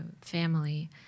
family